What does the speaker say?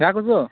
गएको तँ